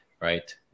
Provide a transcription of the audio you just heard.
Right